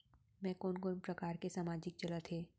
मैं कोन कोन प्रकार के सामाजिक चलत हे?